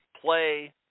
Play